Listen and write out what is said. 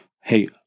Hey